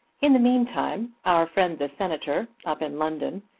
in the mean time our friend the senator, up in london,